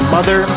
Mother